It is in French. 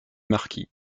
marquis